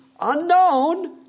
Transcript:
unknown